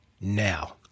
now